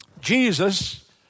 Jesus